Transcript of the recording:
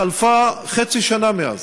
חלפה חצי שנה מאז.